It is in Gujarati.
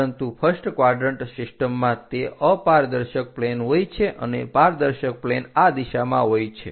પરંતુ ફર્સ્ટ ક્વાડરન્ટ સિસ્ટમમાં તે અપારદર્શક પ્લેન હોય છે અને પારદર્શક પ્લેન આ દિશામાં હોય છે